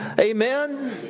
Amen